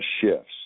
shifts